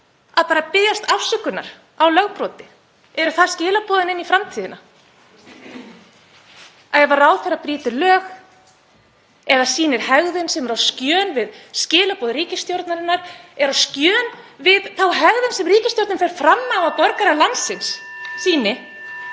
að biðjast afsökunar á lögbroti? Eru það skilaboðin inn í framtíðina? Ef ráðherra brýtur lög, eða sýnir hegðun sem er á skjön við skilaboð ríkisstjórnarinnar, eru á skjön við þá hegðun sem ríkisstjórnin fer fram á að borgarar landsins sýni,